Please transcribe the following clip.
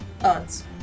Odds